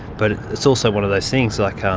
but it's also one of those things, like, um